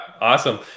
awesome